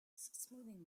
smoothing